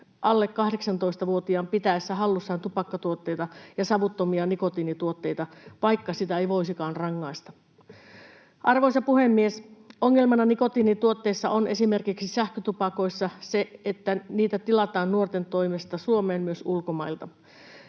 alle 18-vuotiaan pitäessä hallussaan tupakkatuotteita ja savuttomia nikotiinituotteita, vaikka siitä ei voisikaan rangaista. Arvoisa puhemies! Ongelmana nikotiinituotteissa on esimerkiksi sähkötupakoissa se, että niitä tilataan nuorten toimesta Suomeen myös ulkomailta,